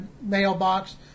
mailbox